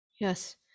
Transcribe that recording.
Yes